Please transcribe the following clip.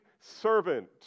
servant